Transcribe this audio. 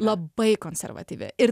labai konservatyvi ir